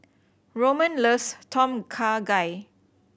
Roman loves Tom Kha Gai